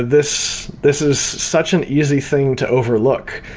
this this is such an easy thing to overlook.